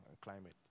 climate